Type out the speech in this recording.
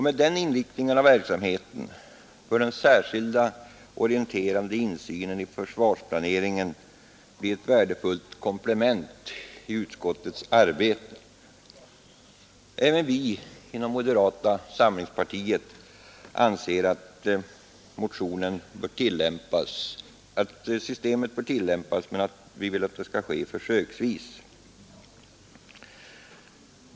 Med denna inriktning av verksamheten bör den särskilda orienterande insynen i försvarsplaneringen bli ett värdefullt komplement i utskottets arbete. Även vi inom moderata samlingspartiet anser att systemet bör tillämpas, men vi vill att det skall ske försöksvis.